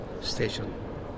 station